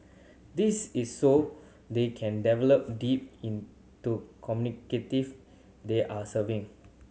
this is so they can develop deep into they are serving